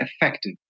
effective